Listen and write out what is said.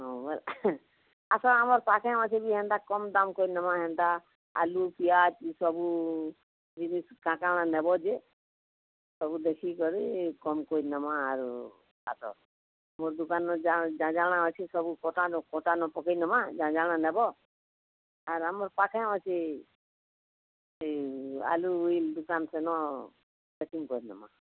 ହଁ ଭଲ୍ ଆସ ଆସ ଆମର ପାଖେଁ ଅଛି ବି ହେନ୍ତା କମ୍ ଦାମ୍ କରି ନେବାଁ ହେନ୍ତା ଆଲୁ ପିଆଜ୍ ଏସବୁ ଜିନିଷ୍ କାଣା କାଣା ମାନେ ନେବ ଯେ ସବୁ ଦେଖିକରି କମ୍ କରିନେମା ଆରୁ ଆସ ମୋର୍ ଦୁକାନନୁ ଯାହା ଯା ଯାଣା ଅଛି ସବୁ କଟା ନ କଟା ନ ପକେଇ ନମା ଯା ଯାଣା ନେବ ଆର୍ ଆମର୍ ପାଖେଁ ଅଛି ଏଇ ଆଲୁ ଇ ଦୁକାନ୍ ସେନ ପ୍ୟାକିଙ୍ଗ୍ କରିନେମା